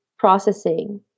Processing